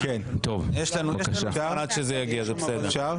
יש לנו זמן עד שזה יגיע, זה בסדר.